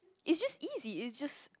is just easy is just